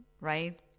right